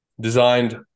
Designed